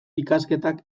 ikasketak